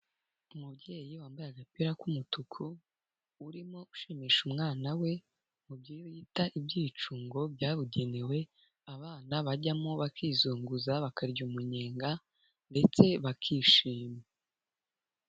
Umubyeyi wambaye agapira k'umutuku, urimo ushimisha umwana we, mu byo bita ibyicungo byabugenewe, abana bajyamo bakizunguza, bakarya umunyenga ndetse bakishima.